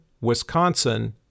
Wisconsin